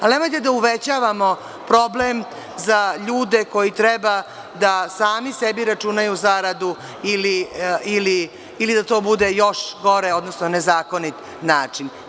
Ali, nemojte da uvećavamo problem za ljude koji treba da sami sebi računaju zaradu ili da to bude još gore, odnosno nezakonit način.